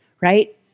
right